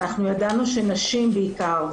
אנחנו ידענו שנשים בעיקר,